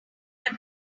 but